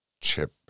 chip